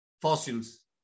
fossils